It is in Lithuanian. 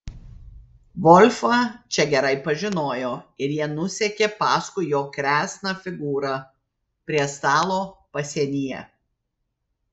volfą čia gerai pažinojo ir jie nusekė paskui jo kresną figūrą prie stalo pasienyje